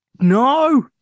no